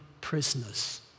prisoners